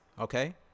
okay